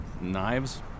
knives